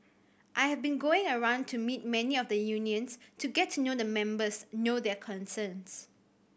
I have been going around to meet many of the unions to get to know the members know their concerns